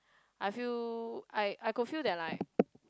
I feel I I could feel they're like